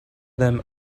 them